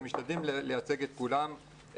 ומשתדלים לייצג את כולם,